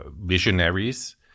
visionaries